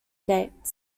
dates